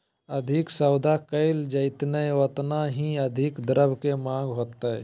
अधिक सौदा कइल जयतय ओतना ही अधिक द्रव्य के माँग होतय